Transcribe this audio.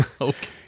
Okay